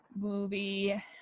movie